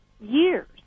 years